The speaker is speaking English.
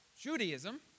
Judaism